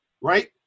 Right